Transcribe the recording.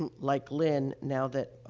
um like lynn, now that, ah,